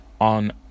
on